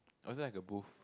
or is it like a booth